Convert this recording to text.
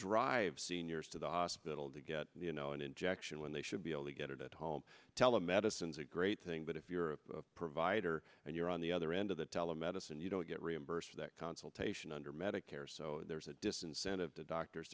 seniors to the hospital to get you know an injection when they should be able to get it at home telemedicine is a great thing but if you're a provider and you're on the other end of the telemedicine you don't get reimbursed for that consultation under medicare so there's a disincentive to doctors